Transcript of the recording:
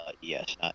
Yes